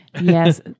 Yes